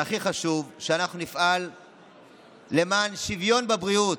והכי חשוב, שאנחנו נפעל למען שוויון בבריאות,